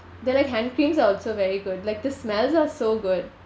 their like hand creams are also very good like the smells are so good